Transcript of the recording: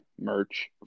merch